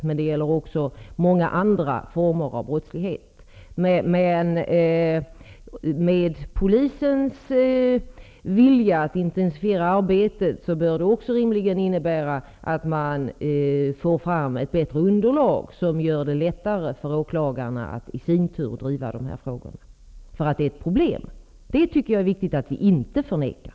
Men det gäller också många andra former av brottslighet. Polisens vilja att intensifiera arbetet bör rimligen också innebära att man får fram ett bättre underlag, som gör det lättare för åklagarna att i sin tur driva de här frågorna. Att detta är ett problem tycker jag det är viktigt att vi inte förnekar.